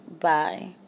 Bye